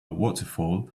waterfall